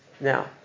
Now